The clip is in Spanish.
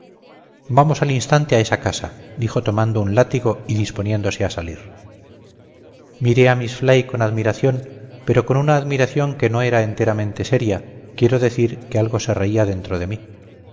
vamos al instante a esa casa dijo tomando un látigo y disponiéndose a salir miré a miss fly con admiración pero con una admiración que no era enteramente seria quiero decir que algo se reía dentro de mí